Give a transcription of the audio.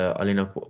allena